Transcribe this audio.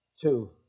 Two